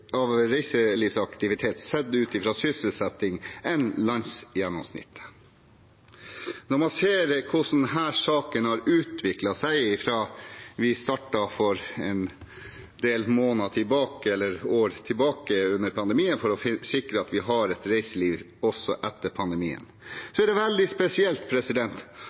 reiselivsaktivitet sett ut fra sysselsetting enn landsgjennomsnittet. Når man ser hvordan denne saken har utviklet seg fra vi startet for en del måneder tilbake under pandemien, for å sikre at vi har et reiseliv også etter pandemien, er det veldig spesielt